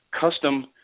custom